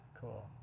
Cool